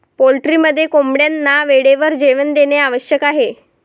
पोल्ट्रीमध्ये कोंबड्यांना वेळेवर जेवण देणे आवश्यक आहे